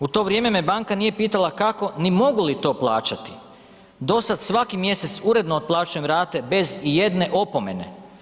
U to vrijeme me banka pitala kako ni mogu li to plaćati, do sada svaki mjesec uredno otplaćujem rate bez ijedne opomene.